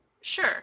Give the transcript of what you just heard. Sure